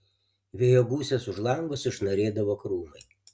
vėjo gūsiuos už lango sušnarėdavo krūmai